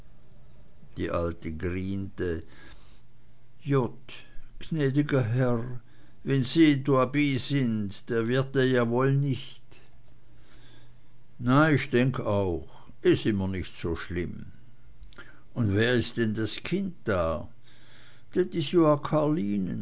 die alte griente jott jnädiger herr wenn se doabi sinn denn wird he joa woll nich na ich denk auch is immer nich so schlimm und wer is denn das kind da dat is